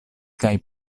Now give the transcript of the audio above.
kaj